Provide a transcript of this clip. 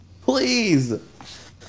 Please